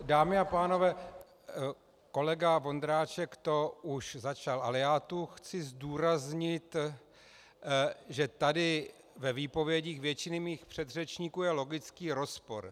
Dámy a pánové, kolega Vondráček to už začal, ale já tu chci zdůraznit, že tady ve výpovědích většiny mých předřečníků je logický rozpor.